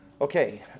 Okay